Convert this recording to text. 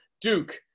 Duke